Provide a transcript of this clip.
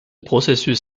processus